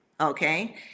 Okay